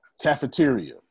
cafeteria